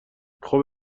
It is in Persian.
خوب